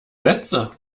sätze